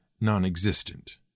non-existent